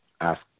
ask